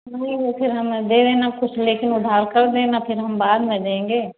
ले लेंगे फिर हमे दे देना कुछ लेकिन उधार कर देना फिर हम बाद मे देंगे